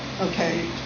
okay